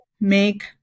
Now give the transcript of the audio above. make